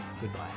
goodbye